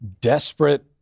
desperate